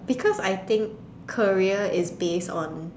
because I think career is based on